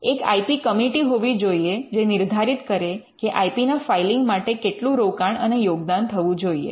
એક I P committee હોવી જોઈએ જ નિર્ધારિત કરે કે આઇ પી ના ફાઇલિંગ માટે કેટલુ રોકાણ અને યોગદાન થવું જોઈએ